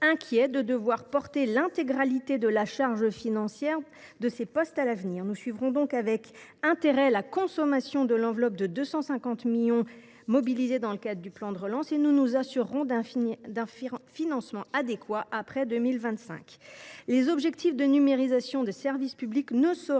de devoir porter l’intégralité de la charge financière de ces postes. Nous suivrons donc avec attention la consommation de l’enveloppe de 250 millions d’euros mobilisée dans le cadre du plan de relance et nous nous assurerons d’un financement adéquat après 2025. Les objectifs de numérisation des services publics ne sauraient se